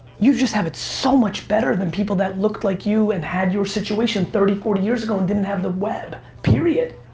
you just have it so much better than people that look like you and had your situation thirty, forty years ago and didn't have the web, period,